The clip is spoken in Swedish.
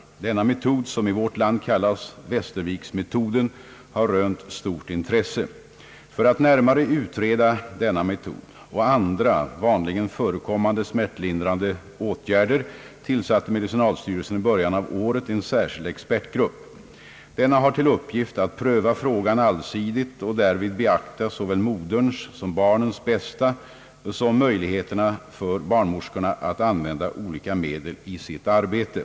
Denna metod, som i vårt land kallats västerviksmetoden, har rönt stort intresse. För att närmare utreda denna metod och andra vanligen förekommande smärtlindrande åtgärder tillsatte medicinalstyrelsen i början av året en särskild expertgrupp. Denna har till uppgift att pröva frågan allsidigt och därvid beakta såväl moderns och barnets bästa som möjligheterna för barnmorskorna att använda olika medel i sitt arbete.